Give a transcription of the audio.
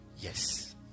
Yes